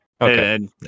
Okay